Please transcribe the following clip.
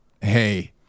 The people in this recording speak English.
hey